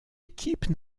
équipe